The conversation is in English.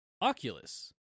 Oculus